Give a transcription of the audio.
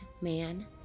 man